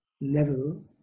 level